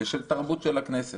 ושל תרבות של הכנסת.